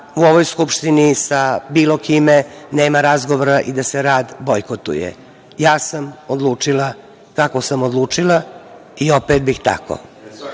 u ovoj Skupštini sa bilo kime nema razgovora i da se rad bojkotuje. Ja sam odlučila, kako sam odlučila i opet bih